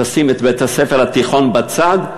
תשים את בית-הספר התיכון בצד,